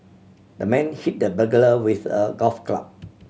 the man hit the burglar with a golf club